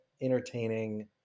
entertaining